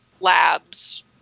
labs